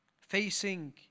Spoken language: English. Facing